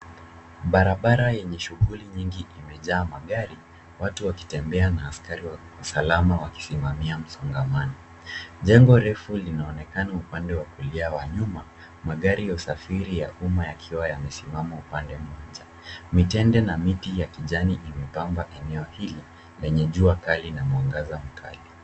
Barabara yenye shughuli nyingi imejaa magari, watu wakitembea na askari wa usalama wakisimamia msongamano. Jengo refu linaonekana upande wa kulia wa nyuma, magari ya usafiri ya umma yakiwa yamesimama upande mmoja. Mitende na miti ya kijani imepamba eneo hili, lenye jua kali na mwangaza mkali.